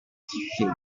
shade